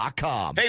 Hey